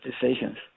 decisions